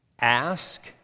Ask